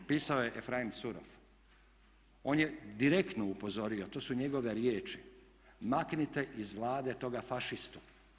Pisao je Efraim Zuroff, on je direktno upozorio, to su njegove riječi, maknite iz Vlade toga fašistu.